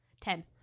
Ten